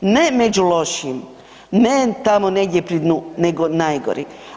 Ne među lošijim, ne tamo negdje pri dnu, nego najgori.